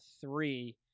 three